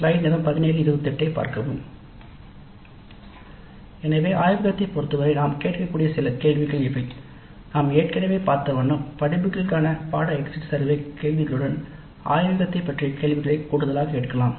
" எனவே ஆய்வகத்தைப் பொறுத்தவரை நாம் கேட்கக்கூடிய சில கேள்விகள் இவை நாம் ஏற்கனவே பார்த்தவண்ணம் முக்கிய படிப்புகளுக்கான பாடநெறி எக்ஸிட் சர்வே கேள்விகளுடன் ஆய்வகத்தைப் பற்றிய கேள்விகளை கூடுதலாக கேட்கலாம்